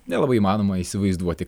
nelabai įmanoma įsivaizduoti